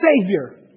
Savior